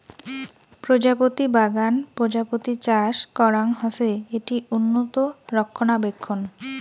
প্রজাপতি বাগান প্রজাপতি চাষ করাং হসে, এটি উন্নত রক্ষণাবেক্ষণ